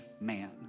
man